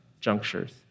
junctures